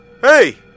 Hey